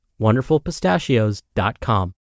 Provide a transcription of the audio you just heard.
WonderfulPistachios.com